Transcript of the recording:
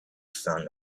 found